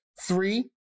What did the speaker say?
Three